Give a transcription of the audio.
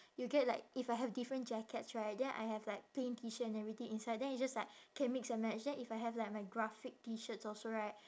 you get like if I have different jackets right then I have like plain T shirt and everything inside then it's just like can mix and match then if I have like my graphic T shirts also right